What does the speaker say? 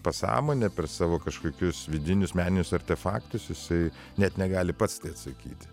pasąmonę per savo kažkokius vidinius meninius artefaktus jisai net negali pats tai atsakyti